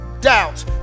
doubt